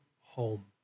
home